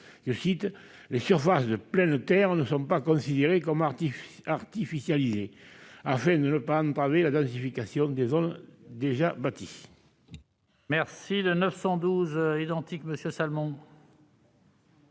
« les surfaces de pleine terre ne sont pas considérées comme artificialisées », afin de ne pas entraver la densification des zones déjà bâties. La parole est à M. Daniel Salmon,